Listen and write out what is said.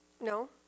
No